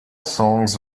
songs